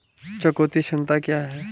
चुकौती क्षमता क्या है?